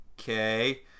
okay